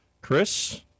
Chris